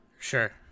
Sure